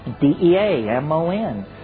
D-E-A-M-O-N